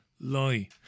Lie